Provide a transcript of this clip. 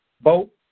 boat